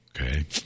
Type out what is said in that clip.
okay